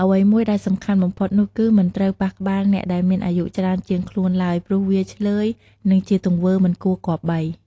អ្វីមួយដែលសំខាន់បំផុតនោះគឺ មិនត្រូវប៉ះក្បាលអ្នកដែលមានអាយុច្រើនជាងខ្លួនឡើយ ព្រោះវាឈ្លើយ និងជាទង្វើមិនគួរគម្បី។